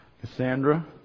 Cassandra